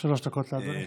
לאדוני.